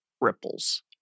ripples